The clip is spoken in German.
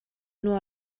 nur